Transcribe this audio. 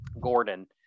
gordon